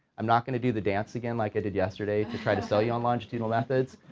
i'm not going to do the dance again like i did yesterday to try to sell you on longitudinal methods,